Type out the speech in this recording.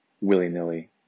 willy-nilly